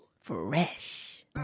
Fresh